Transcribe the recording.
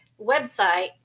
website